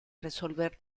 resolver